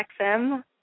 XM